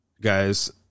guys